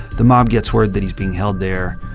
the mob gets word that he's being held there.